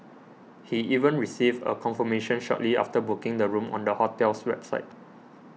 he even received a confirmation shortly after booking the room on the hotel's website